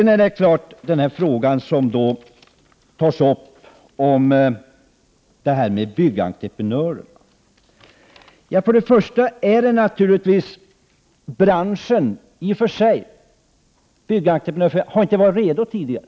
När det gäller frågan om byggentreprenörerna vill jag först säga att branschen inte har varit redo tidigare.